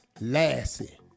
Lassie